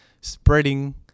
spreading